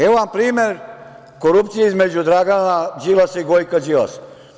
Evo vam primer korupcije između Dragana Đilasa i Gojka Đilasa.